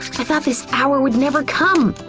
thought this hour would never come.